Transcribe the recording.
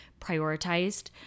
prioritized